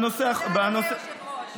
תודה, אדוני היושב-ראש.